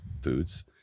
foods